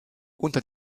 unter